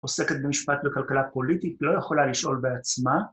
‫עוסקת במשפט בכלכלה פוליטית, ‫לא יכולה לשאול בעצמה.